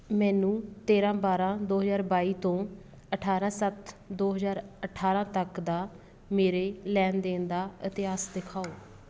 ਮੈਨੂੰ ਤੇਰਾ ਬਾਰਾਂ ਦੋ ਹਜ਼ਾਰ ਬਾਈ ਤੋਂ ਅਠਾਰਾਂ ਸੱਤ ਦੋ ਹਜ਼ਾਰ ਅਠਾਰਾਂ ਤੱਕ ਦਾ ਮੇਰੇ ਲੈਣ ਦੇਣ ਦਾ ਇਤਿਹਾਸ ਦਿਖਾਓ